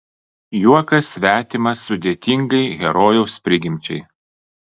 juokas svetimas sudėtingai herojaus prigimčiai